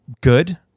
good